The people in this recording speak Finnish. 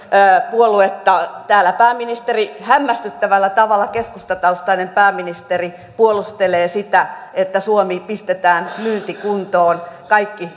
puoluetta täällä pääministeri hämmästyttävällä tavalla keskustataustainen pääministeri puolustelee sitä että suomi pistetään myyntikuntoon kaikki